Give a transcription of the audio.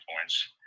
points